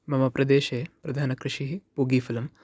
मम प्रदेशे प्रधानकृषिः पूगीफलम्